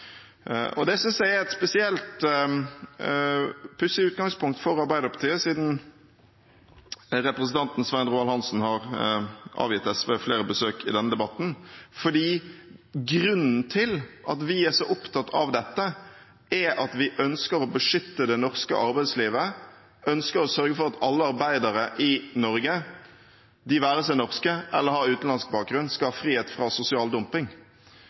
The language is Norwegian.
verdener. Det synes jeg er et pussig utgangspunkt, spesielt for Arbeiderpartiet – representanten Svein Roald Hansen har avlagt SV flere besøk i denne debatten – for grunnen til at vi er så opptatt av dette, er at vi ønsker å beskytte det norske arbeidslivet, ønsker å sørge for at alle arbeidere i Norge, enten de er norske eller har utenlandsk bakgrunn, skal ha frihet fra sosial dumping.